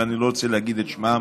ואני לא רוצה להגיד את שמם,